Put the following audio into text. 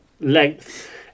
length